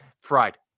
Fried